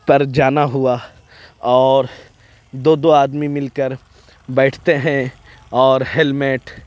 تر جانا ہُوا اور دو دو آدمی مل کر بیٹھتے ہیں اور ہیلمیٹ